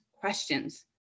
questions